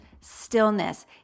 stillness